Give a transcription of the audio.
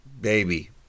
baby